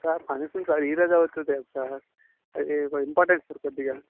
sir చలి వేస్తుంది sir ఈ ఇంపార్టెంట్ సార్ కొద్దిగా